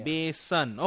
Besan